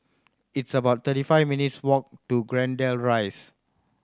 it's about thirty five minutes' walk to Greendale Rise